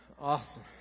Awesome